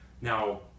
now